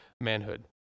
manhood